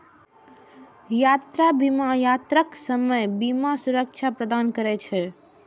यात्रा बीमा यात्राक समय बीमा सुरक्षा प्रदान करै छै